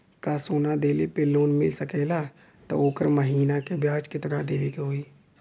का सोना देले पे लोन मिल सकेला त ओकर महीना के ब्याज कितनादेवे के होई?